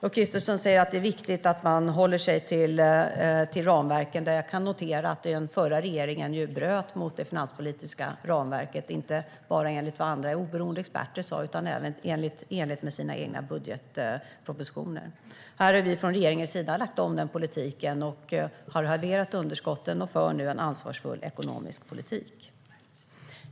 Ulf Kristersson säger att det är viktigt att man håller sig till ramverken. Jag kan notera att den förra regeringen bröt mot det finanspolitiska ramverket, inte bara enligt vad andra oberoende experter sa utan även i enlighet med sina egna budgetpropositioner. Vi har från regeringens sida lagt om den politiken. Vi har halverat underskotten och för nu en ansvarsfull ekonomisk politik.